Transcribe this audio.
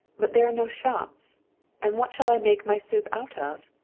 but there are no shops and what shall i make my soup out of?